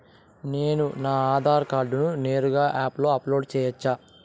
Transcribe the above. నేను నా ఆధార్ కార్డును నేరుగా యాప్ లో అప్లోడ్ సేయొచ్చా?